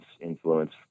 influence